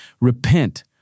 Repent